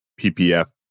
PPF